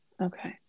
okay